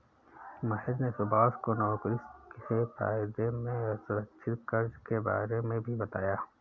महेश ने सुभाष को नौकरी से फायदे में असुरक्षित कर्ज के बारे में भी बताया